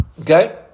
Okay